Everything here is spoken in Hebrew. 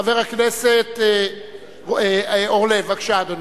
חבר הכנסת אורלב, בבקשה, אדוני.